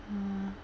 um